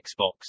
Xbox